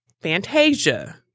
Fantasia